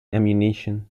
ammunition